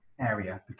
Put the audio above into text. area